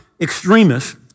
extremists